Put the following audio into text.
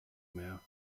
mehr